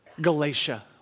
Galatia